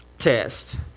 test